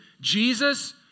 Jesus